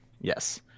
Yes